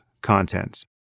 contents